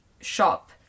shop